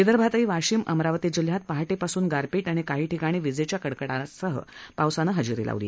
विदर्भातही वाशिम अमरावती जिल्ह्यात पहाटप्रिसून गारपीट आणि काही ठिकाणी विजघ्या कडकडाटासह पावसानं हजरीलावली